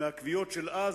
מהקביעות של אז,